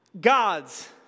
Gods